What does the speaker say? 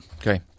Okay